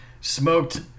smoked